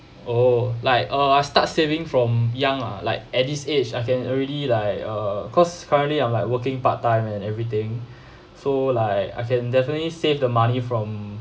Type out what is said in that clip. oh like uh I start saving from young lah like at this age I can already like uh cause currently I'm like working part time and everything so like I can definitely save the money from